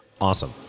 Awesome